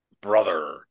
brother